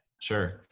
Sure